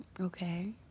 Okay